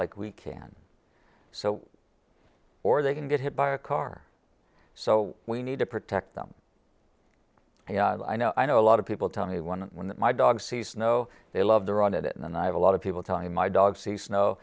like we can so or they can get hit by a car so we need to protect them and i know i know a lot of people tell me one when my dogs see snow they love their on it and i have a lot of people telling my dog see snow